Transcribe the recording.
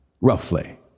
roughly